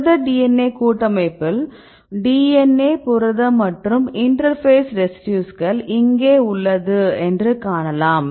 புரத DNA கூட்டமைப்பில் DNA புரதம் மற்றும் இன்டெர் பேஸ் ரெசிடியூஸ்கள் இங்கே உள்ளது என்று காணலாம்